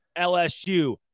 LSU